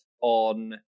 on